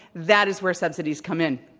that is where subsidies come in.